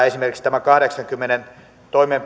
esimerkiksi tämä kahdeksannenkymmenennen